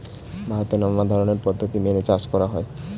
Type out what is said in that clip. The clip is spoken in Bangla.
ভারতে নানা ধরনের পদ্ধতি মেনে চাষ করা হয়